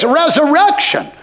resurrection